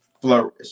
flourish